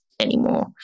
anymore